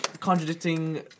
contradicting